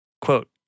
quote